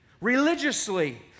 religiously